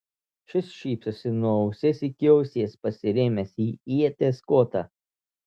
šis šypsosi nuo ausies iki ausies pasirėmęs į ieties kotą